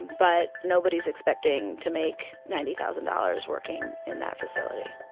but nobody's expecting to make ninety thousand dollars working in that facility.